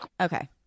okay